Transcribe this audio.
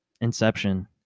inception